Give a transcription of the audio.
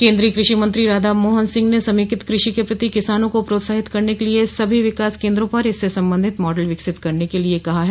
केन्द्रीय कृषि मंत्री राधा मोहन सिंह ने समेकित कृषि के प्रति किसानों को प्रोत्साहित करने के लिए सभी विकास केन्द्रों पर इससे संबंधित मॉडल विकसित करने के लिए कहा है